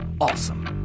awesome